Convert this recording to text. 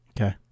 Okay